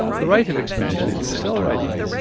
the rate of expansion is accelerating.